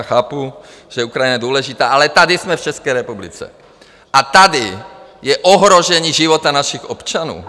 Chápu, že Ukrajina je důležitá, ale tady jsme v České republice a tady je ohrožení života našich občanů.